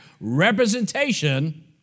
representation